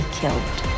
killed